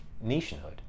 nationhood